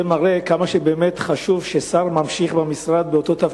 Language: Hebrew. זה מראה כמה חשוב ששר ימשיך במשרד באותו תפקיד,